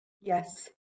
Yes